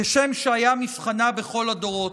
כשם שהיה מבחנה בכל הדורות.